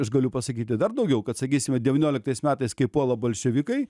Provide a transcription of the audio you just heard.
aš galiu pasakyti dar daugiau kad sakysime devynioliktais metais kai puola bolševikai